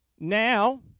Now